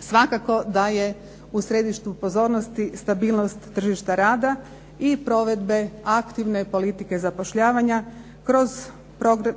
Svakako da je u središtu pozornosti stabilnost tržišta rada i provedbe aktivne politike zapošljavanja kroz